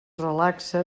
relaxa